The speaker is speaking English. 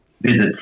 visits